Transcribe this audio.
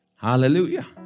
hallelujah